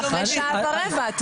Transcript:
שאחרי שעה ורבע,